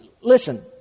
Listen